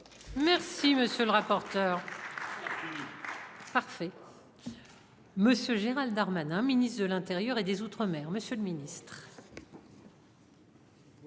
Merci monsieur le rapporteur. Monsieur Gérald Darmanin, ministre de l'Intérieur et des Outre-mer. Monsieur le Ministre.